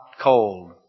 cold